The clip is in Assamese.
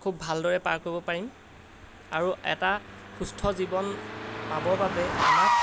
খুব ভালদৰে পাৰ কৰিব পাৰিম আৰু এটা সুস্থ জীৱন পাবৰ বাবে আমাক